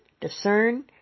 discern